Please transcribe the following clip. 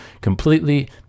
completely